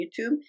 YouTube